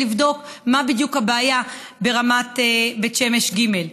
לבדוק מה בדיוק הבעיה ברמת בית שמש ג'.